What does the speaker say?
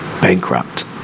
bankrupt